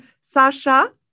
Sasha